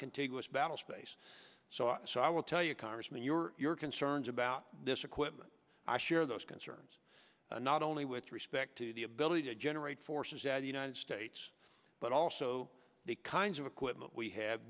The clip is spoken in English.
noncontiguous battle space so so i will tell you congressman your your concerns about this equipment i share those concerns not only with respect to the ability to generate forces at the united states but also the kinds of equipment we have